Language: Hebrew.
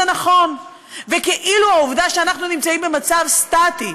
נכון וכאילו העובדה שאנחנו נמצאים במצב סטטי,